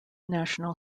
national